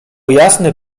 jasny